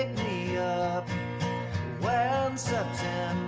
me up when september